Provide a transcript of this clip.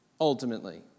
ultimately